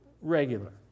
Regular